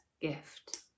gift